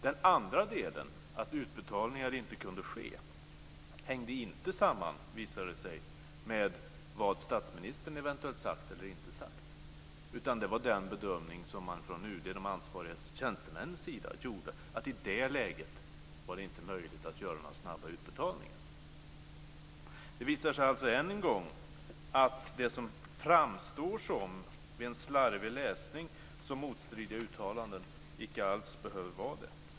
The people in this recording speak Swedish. Den andra delen, att utbetalningar inte kunde ske, hängde inte samman, visar det sig, med vad statsministern eventuellt sagt eller inte sagt. Det var den bedömning som de ansvariga tjänstemännen från UD gjorde, att det i det läget inte var möjligt att göra några snabba utbetalningar. Det visar sig alltså än en gång att det som vid en slarvig läsning framstår som motstridiga uttalanden icke alls behöver vara det.